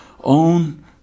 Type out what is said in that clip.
own